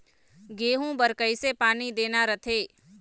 गेहूं बर कइसे पानी देना रथे?